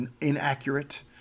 inaccurate